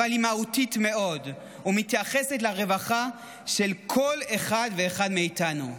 אבל היא מהותית מאוד ומתייחסת לרווחה של כל אחד ואחד מאיתנו.